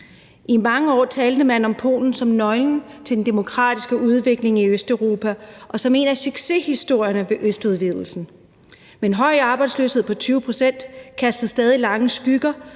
I mange år talte man om Polen som nøglen til den demokratiske udvikling i Østeuropa og som en af succeshistorierne ved østudvidelsen. Men en høj arbejdsløshed på 20 pct. kastede stadig lange skygger,